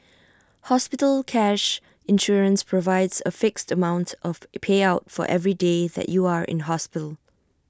hospital cash insurance provides A fixed amount of payout for every day that you are in hospital